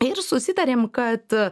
ir susitarėm kad